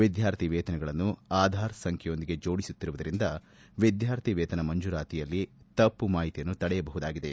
ವಿದ್ಯಾರ್ಥಿ ವೇತನಗಳನ್ನು ಆಧಾರ್ ಸಂಖ್ಯೆಯೊಂದಿಗೆ ಜೋಡಿಸುತ್ತಿರುವುದರಿಂದ ವಿದ್ಯಾರ್ಥಿವೇತನ ಮಂಜೂರಾತಿಯಲ್ಲಿ ತಮ್ಪು ಮಾಹಿತಿಯನ್ನು ತಡೆಯಬಹುದಾಗಿದೆ